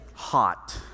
hot